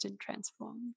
transformed